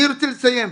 אני רוצה לסיים,